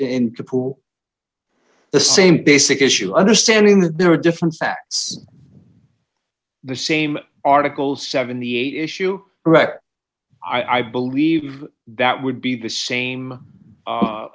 in the pool the same basic issue understanding that there are different facts the same article seventy eight issue record i believe that would be the same